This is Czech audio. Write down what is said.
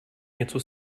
něco